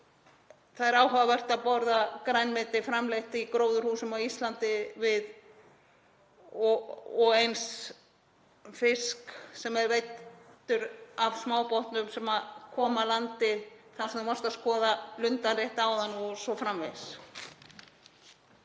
Það er áhugavert að borða grænmeti framleitt í gróðurhúsum á Íslandi og eins fisk sem er veiddur af smábátum sem koma að landi þar sem þú varst að skoða lundann rétt áðan o.s.frv.